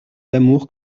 d’amour